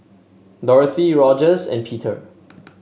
Dorothy Rogers and Peter